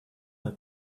are